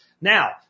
Now